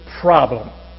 problem